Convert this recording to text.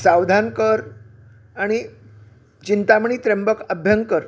सावधानकर आणि चिंतामणी त्र्यंबक अभ्यंकर